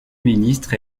ministre